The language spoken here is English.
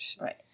Right